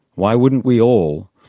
why wouldn't we all?